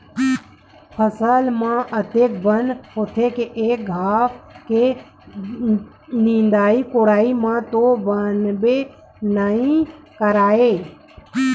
फसल म अतेक बन होथे के एक घांव के निंदई कोड़ई म तो बनबे नइ करय